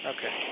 Okay